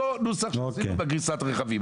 אותה נוסחה כפי שעשינו בגריסת רכבים.